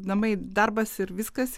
namai darbas ir viskas